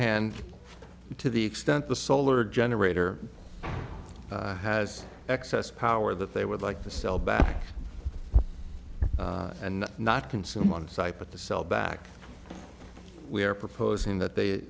hand to the extent the solar generator has excess power that they would like to sell back and not consume on site but the sell back we are proposing that they